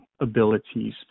abilities